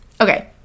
okay